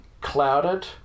clouded